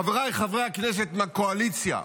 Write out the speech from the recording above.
חבריי חברי הכנסת מהקואליציה,